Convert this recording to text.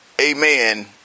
amen